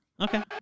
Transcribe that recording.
Okay